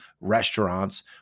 restaurants